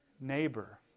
neighbor